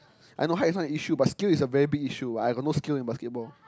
I know height is not an issue but skill is a very big issue I got no skill in basketball